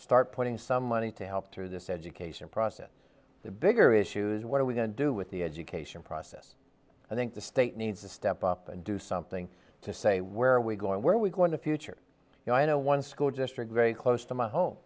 start putting some money to help through this education process the bigger issues what are we going to do with the education process i think the state needs to step up and do something to say where are we going where are we going to future you know i know one school district very close to my home